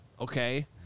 okay